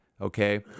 Okay